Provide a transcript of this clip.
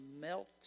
melt